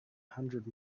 hundred